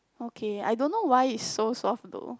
okay I don't know why it's so soft though